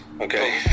okay